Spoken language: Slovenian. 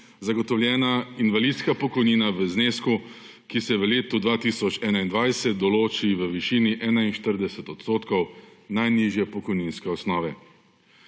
zagotovljena invalidska pokojnina v znesku, ki se v letu 2021 določi v višini 41 % najnižje pokojninske osnove.